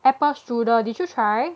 apple strudel did you try